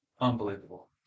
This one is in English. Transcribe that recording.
unbelievable